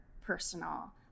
personal